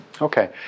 Okay